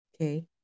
okay